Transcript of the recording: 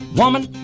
woman